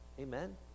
Amen